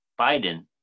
Biden